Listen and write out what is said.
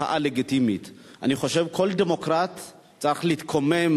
מחאה לגיטימית, אני חושב שכל דמוקרט צריך להתקומם,